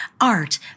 art